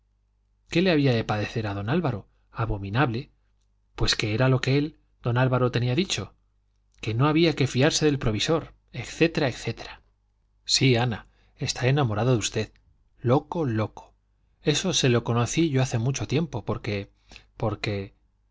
que le había de parecer a don álvaro abominable pues qué era lo que él don álvaro tenía dicho que no había que fiarse del provisor etc etc sí ana está enamorado de usted loco loco eso se lo conocí yo hace mucho tiempo porque porque